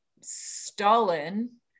Stalin